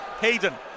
Hayden